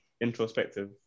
Introspective